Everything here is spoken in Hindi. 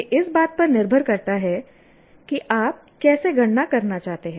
यह इस बात पर निर्भर करता है कि आप कैसे गणना करना चाहते हैं